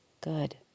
good